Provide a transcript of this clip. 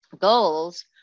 goals